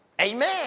Amen